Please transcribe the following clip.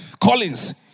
Collins